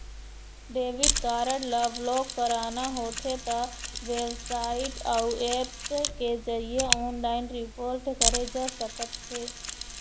debit card ल block कराना होथे त बेबसाइट अउ ऐप्स के जरिए ऑनलाइन रिपोर्ट करे जा सकथे